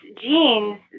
genes